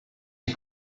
die